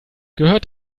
gehört